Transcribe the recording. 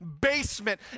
basement